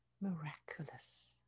miraculous